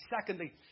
Secondly